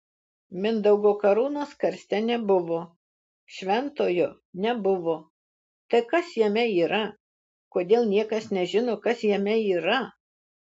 mindaugo karūnos karste nebuvo šventojo nebuvo tai kas jame yra kodėl niekas nežino kas jame yra